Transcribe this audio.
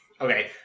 okay